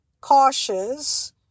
cautious